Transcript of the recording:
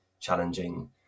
challenging